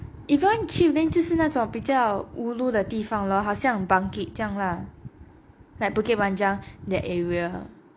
if you want cheap then 就是那种比较 ulu 的地方 lor 好像 bangkit 这样 lah like bukit panjang that area